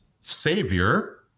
savior